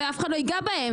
בזה אף אחד לא ייגע בהם.